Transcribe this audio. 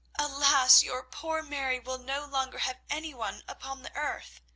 alas, your poor mary will no longer have any one upon the earth!